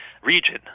region